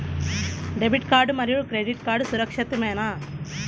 Debit card మరియు credit card సురక్షితమేనా?